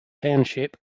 township